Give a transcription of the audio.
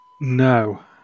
No